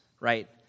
right